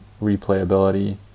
replayability